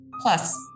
Plus